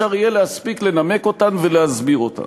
אפשר להספיק לנמק אותן ולהסביר אותן.